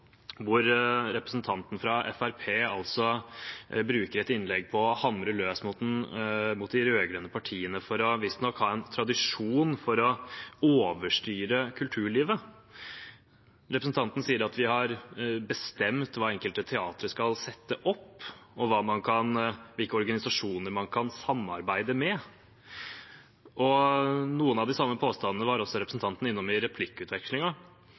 Representanten fra Fremskrittspartiet bruker et innlegg på å hamre løs mot de rød-grønne partiene for visstnok å ha en tradisjon for å overstyre kulturlivet. Representanten sier at vi har bestemt hva enkelte teatre skal sette opp og hvilke organisasjoner man kan samarbeide med. Noen av de samme påstandene var representanten innom også i replikkutvekslingen. Jeg sliter litt med